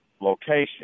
location